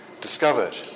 discovered